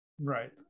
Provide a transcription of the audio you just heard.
Right